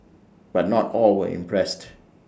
but not all were impressed